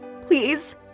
Please